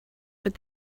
but